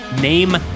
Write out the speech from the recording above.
name